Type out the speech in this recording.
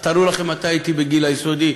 אז תארו לכם מתי הייתי בגיל היסודי,